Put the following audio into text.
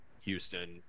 Houston